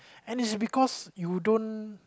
and it's because you don't